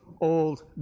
old